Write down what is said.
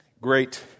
great